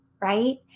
right